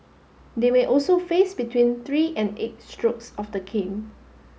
they may also face between three and eight strokes of the cane